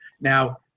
Now